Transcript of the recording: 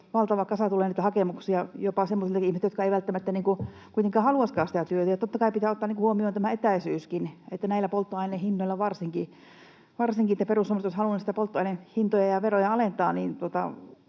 valtava kasa tulee niitä hakemuksia, jopa semmoisiltakin ihmisiltä, jotka eivät välttämättä kuitenkaan haluaisikaan sitä työtä, ja totta kai pitää ottaa huomioon etäisyyskin, näillä polttoaineen hinnoilla varsinkin. Perussuomalaiset olisivat halunneet polttoaineen hintoja ja veroja alentaa,